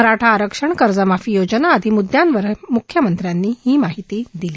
मराठा आरक्षण कर्जमाफी योजना आदी मुद्यांवरही मुख्यमंत्र्यांनी माहिती दिली